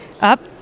up